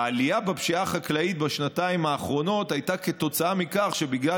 העלייה בפשיעה החקלאית בשנתיים האחרונות הייתה כתוצאה מכך שבגלל